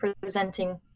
presenting